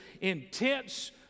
intense